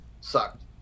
Sucked